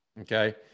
Okay